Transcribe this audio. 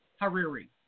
Hariri